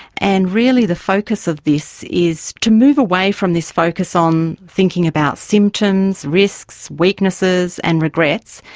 and really the focus of this is to move away from this focus on thinking about symptoms, risks, weaknesses and regrets,